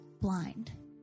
blind